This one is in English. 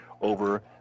over